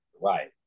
right